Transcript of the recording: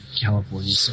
california